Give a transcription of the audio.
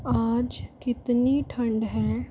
आज कितनी ठंड है